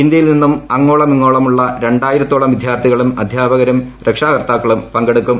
ഇന്ത്യയിൽ നിന്നും അങ്ങോളമിങ്ങോളമുള്ള രണ്ടായിരത്തോളം വിദ്യാർത്ഥികളും അദ്ധ്യാപകരും രക്ഷാകർത്താക്കളും പങ്കെടുക്കും